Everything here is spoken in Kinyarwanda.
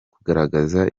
kugaragaza